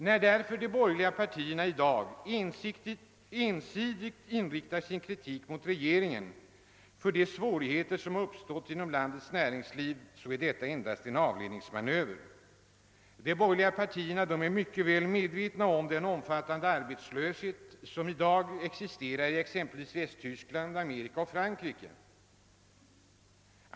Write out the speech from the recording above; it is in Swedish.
När de borgerliga partierna ensidigt inriktar sin kritik mot regeringen för de svårigheter som har uppstått inom landets näringsliv, så är detta endast en avledningsmanöver. De borgerliga partierna är mycket väl medvetna om den omfattande arbetslöshet som i dag existerar i exempelvis Västtyskland, Amerika och Frankrike.